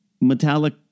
metallic